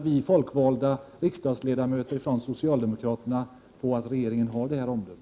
Vi litar alltså på att regeringen har detta goda omdöme.